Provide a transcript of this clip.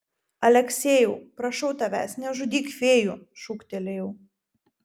aleksejau prašau tavęs nežudyk fėjų šūktelėjau